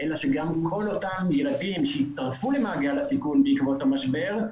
אלא שכל אותם ילדים שהצטרפו למעגל הסיכון בעקבות המשבר,